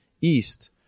east